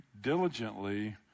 diligently